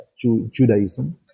Judaism